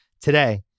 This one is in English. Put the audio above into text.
today